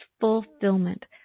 fulfillment